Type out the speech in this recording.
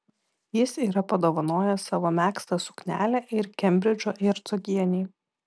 jis yra padovanojęs savo megztą suknelę ir kembridžo hercogienei